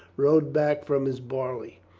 rode back from his barley.